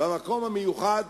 במקום המיוחד